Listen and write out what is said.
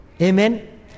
Amen